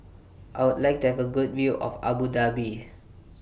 I Would like to Have A Good View of Abu Dhabi